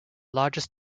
largest